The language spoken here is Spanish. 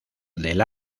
del